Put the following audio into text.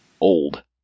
old